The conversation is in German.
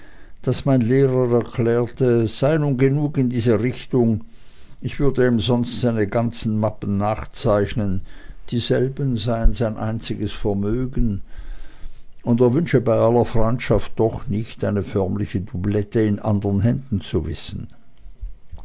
daß mein lehrer erklärte es sei nun genug in dieser richtung ich würde ihm sonst seine ganzen mappen nachzeichnen dieselben seien sein einziges vermögen und er wünsche bei aller freundschaft doch nicht eine förmliche dublette in anderen händen zu wissen